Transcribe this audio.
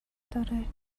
داره